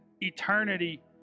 eternity